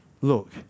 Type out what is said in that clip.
Look